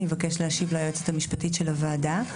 אני מבקשת להשיב ליועצת המשפטית של הוועדה.